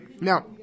Now